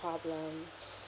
problem